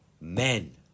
men